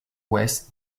ouest